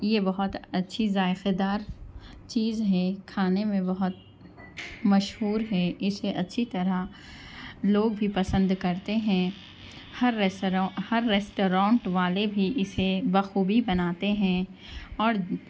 یہ بہت اچّھی ذائقے دار چیز ہے کھانے میں بہت مشہور ہے اسے اچھی طرح لوگ بھی پسند کرتے ہیں ہر ریسٹوراں ہر ریسٹورینٹ والے بھی اسے بخوبی بناتے ہیں اور